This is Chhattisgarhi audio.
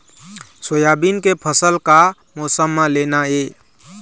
सोयाबीन के फसल का मौसम म लेना ये?